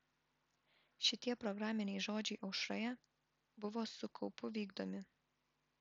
šitie programiniai žodžiai aušroje buvo su kaupu vykdomi